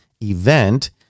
event